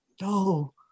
No